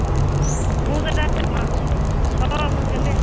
मुजादारखौ अ मोनगोन दे